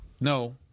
No